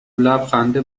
لبخند